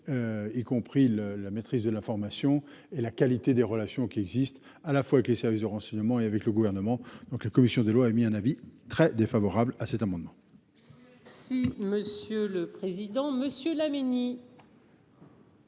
Y compris le la maîtrise de l'information et la qualité des relations qui existent à la fois que les services de renseignement et avec le gouvernement. Donc, la commission des lois a émis un avis très défavorable à cet amendement. Si monsieur le président, monsieur.